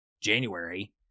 january